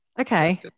Okay